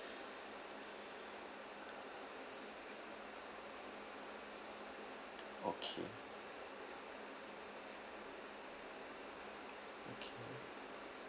okay okay